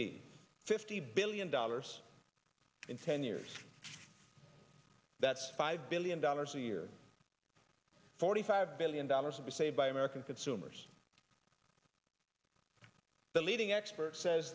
b fifty billion dollars in ten years that's five billion dollars a year forty five billion dollars to be saved by american consumers the leading expert says